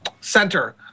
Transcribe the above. center